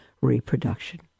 reproduction